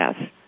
yes